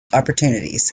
opportunities